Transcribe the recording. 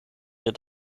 wir